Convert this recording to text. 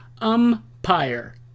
umpire